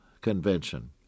convention